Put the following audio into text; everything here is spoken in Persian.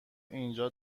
اینجا